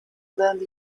learned